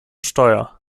steuer